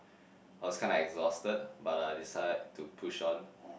I was kind of exhausted but I decide to push on